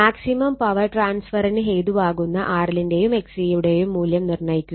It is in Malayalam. മാക്സിമം പവർ ട്രാൻസ്ഫറിന് ഹേതുവാകുന്ന RL ന്റെയും XC യുടെയും മൂല്യം നിർണ്ണയിക്കുക